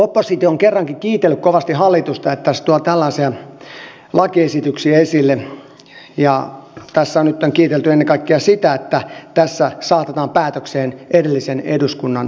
oppositio on kerrankin kiitellyt kovasti hallitusta että tässä tuo tällaisia lakiesityksiä esille ja tässä on nyt kiitelty ennen kaikkea sitä että tässä saatetaan päätökseen edellisen eduskunnan tahtotila